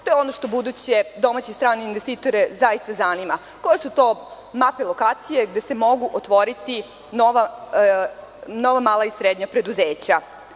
To je ono što buduće domaće i strane investitore zaista zanima, koje su to mape lokacije gde se mogu otvoriti nova mala i srednja preduzeća.